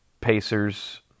Pacers